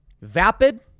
vapid